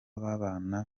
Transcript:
babana